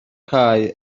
cae